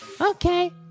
Okay